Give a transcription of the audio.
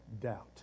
doubt